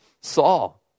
Saul